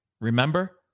remember